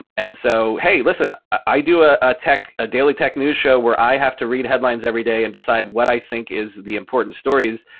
and so hey, listen. i do ah ah a ah daily tech news show where i have to read headlines every day and decide what i think is the important stories.